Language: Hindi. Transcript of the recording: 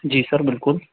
जी सर बिल्कुल